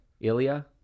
Ilya